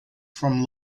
from